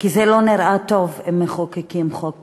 כי זה לא נראה טוב אם מחוקקים חוק כזה,